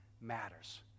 matters